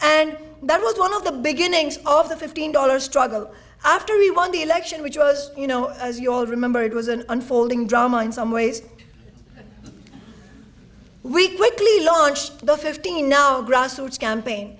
and that was one of the beginnings of the fifteen dollars struggle after we won the election which was you know as you all remember it was an unfolding drama in some ways we quickly launched the fifteen now grassroots campaign